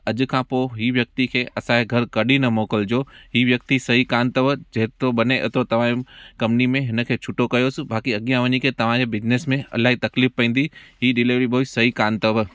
त अॼु खां पोइ हीअ व्यक्ति खे असांजे घर कॾहिं न मोकिलजो ही व्यक्ति सही कोन्ह अथव जेतिरो बने एतिरो तव्हांजे कंपनी में हिनखे छुट्टो कयोसि बाक़ी अॻियां वञी करे तव्हांजे बिज़नेस में इलाही तक़लीफ़ पवंदी हीअ डिलेवरी बॉय सही कोन्ह अथव